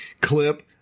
clip